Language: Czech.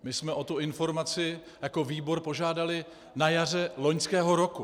My jsme o tu informaci jako výbor požádali na jaře loňského roku.